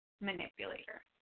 manipulator